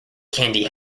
candy